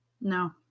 No